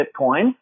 Bitcoin